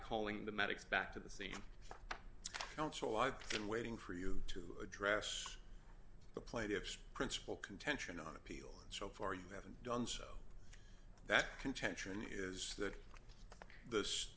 calling the medics back to the same council i've been waiting for you to address the plaintiff's principle contention on appeal and so far you haven't done so that contention is that th